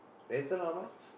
rental how much